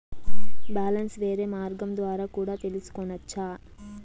Balance వేరే మార్గం ద్వారా కూడా తెలుసుకొనొచ్చా?